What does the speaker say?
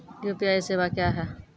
UPI सेवा क्या हैं?